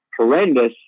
horrendous